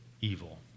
evil